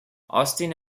austin